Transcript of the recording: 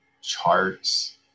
charts